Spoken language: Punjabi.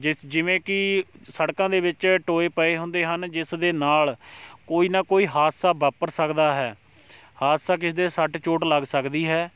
ਜਿਸ ਜਿਵੇਂ ਕਿ ਸੜਕਾਂ ਦੇ ਵਿੱਚ ਟੋਏ ਪਏ ਹੁੰਦੇ ਹਨ ਜਿਸ ਦੇ ਨਾਲ਼ ਕੋਈ ਨਾ ਕੋਈ ਹਾਦਸਾ ਵਾਪਰ ਸਕਦਾ ਹੈ ਹਾਦਸਾ ਕਿਸੇ ਦੇ ਸੱਟ ਚੋਟ ਲੱਗ ਸਕਦੀ ਹੈ